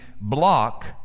block